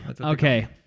Okay